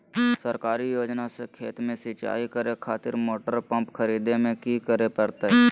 सरकारी योजना से खेत में सिंचाई करे खातिर मोटर पंप खरीदे में की करे परतय?